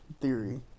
theory